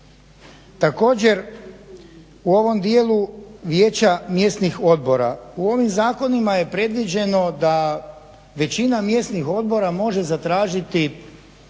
Također u ovom dijelu vijeća mjesnih odbora, u ovim zakonima je predviđeno da većina mjesnih odbora može zatražiti